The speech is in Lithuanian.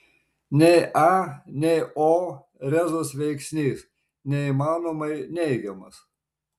nei a nei o rezus veiksnys neįmanomai neigiamas